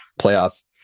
playoffs